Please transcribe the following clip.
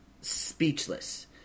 speechless